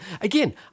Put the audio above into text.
again